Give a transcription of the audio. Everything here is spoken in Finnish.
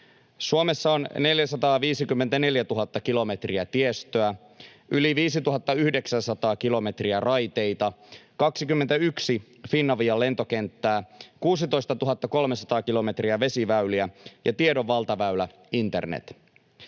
Suomessa on 454 000 kilometriä tiestöä, yli 5 900 kilometriä raiteita, 21 Finavian lentokenttää, 16 300 kilometriä vesiväyliä ja tiedon valtaväylä internet.